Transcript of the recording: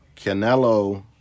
Canelo